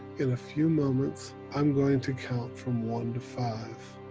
in a few moments, i'm going to count from one to five,